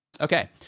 okay